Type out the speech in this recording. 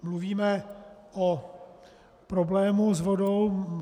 Mluvíme o problému s vodou.